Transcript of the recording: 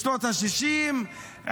בשנות השישים,